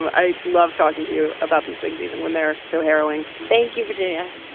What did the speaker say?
i love talking to you about these things even when they're so harrowing thank you, virginia.